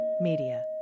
Media